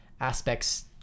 aspects